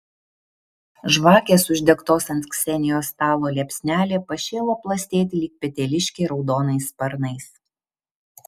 žvakės uždegtos ant ksenijos stalo liepsnelė pašėlo plastėti lyg peteliškė raudonais sparnais